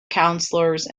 counselors